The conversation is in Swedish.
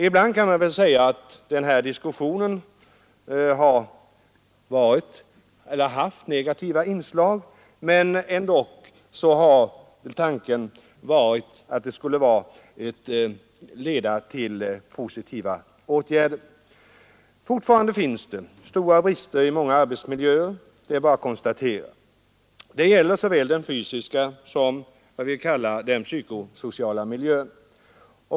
Man kan väl säga att diskussionen ibland haft negativa inslag, men ändock har tanken varit att den skulle leda till positiva åtgärder. Fortfarande finns det stora brister i våra arbetsmiljöer, det är bara att konstatera. Det gäller såväl den fysiska som vad vi kallar den psykosociala miljön.